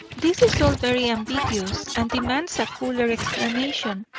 this is all very ambiguous and demands a fuller explanation.